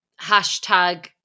Hashtag